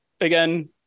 again